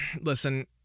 listen